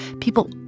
people